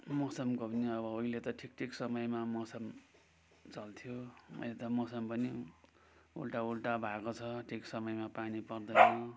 मौसमको पनि अब उहिले त ठिक ठिक समयमा मौसम चल्थ्यो अहिले त मौसम पनि उल्टाउल्टा भएको छ ठिक समयमा पानी पर्दैन